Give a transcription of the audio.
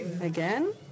again